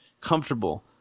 comfortable